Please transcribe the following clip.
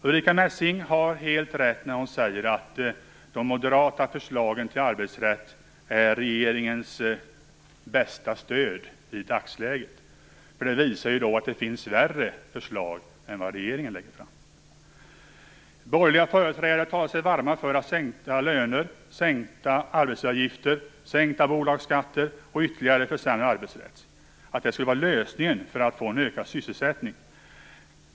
Ulrica Messing har helt rätt när hon säger att de moderata förslagen till arbetsrätt är regeringens bästa stöd i dagsläget, för de visar att det finns värre förslag än de regeringen lägger fram. Borgerliga företrädare talar sig varma för att sänkta löner, sänkta arbetsgivaravgifter, sänkta bolagsskatter och ytterligare försämrad arbetsrätt skulle vara lösningen för att få en ökad sysselsättning.